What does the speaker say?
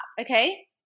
okay